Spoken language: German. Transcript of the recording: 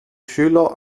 schüler